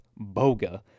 BOGA